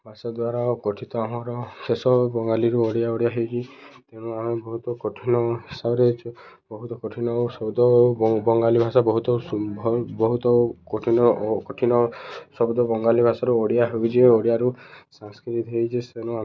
ଭାଷା ଦ୍ୱାରା ଗଠିତ ଆମର ଶେଷ ବଙ୍ଗାଳୀରୁ ଓଡ଼ିଆ ଓଡ଼ିଆ ହେଇକି ତେଣୁ ଆମେ ବହୁତ କଠିନ ହିସାବରେ ବହୁତ କଠିନ ଓ ଶବ୍ଦ ଓ ବଙ୍ଗାଳୀ ଭାଷା ବହୁତ ବହୁତ କଠିନ କଠିନ ଶବ୍ଦ ବଙ୍ଗାଳୀ ଭାଷାରୁ ଓଡ଼ିଆ ହେଉଛି ଓଡ଼ିଆରୁ ସାଂସ୍କୃତି ହେଇଛି ତେଣୁ